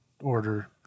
order